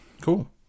Cool